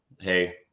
hey